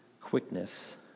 quickness